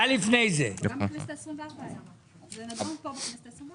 זה נדון פה בכנסת העשרים וארבע.